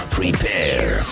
prepare